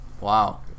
wow